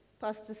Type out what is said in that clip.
pastor